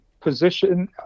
position